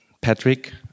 Patrick